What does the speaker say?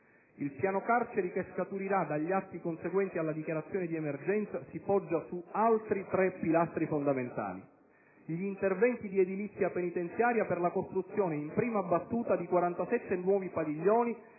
Il Piano carceri che scaturirà dagli atti conseguenti alla dichiarazione di emergenza si poggia su altri tre pilastri fondamentali: gli interventi di edilizia penitenziaria per la costruzione, in prima battuta, di 47 nuovi padiglioni